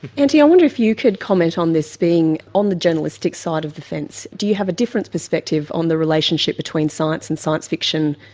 antony, i wonder if you could comment on this, being on the journalistic side of the fence. do you have a different perspective on the relationship between science and science fiction,